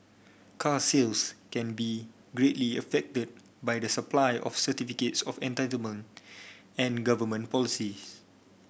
car sales can be greatly affected by the supply of certificates of entitlement and government policies